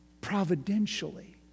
providentially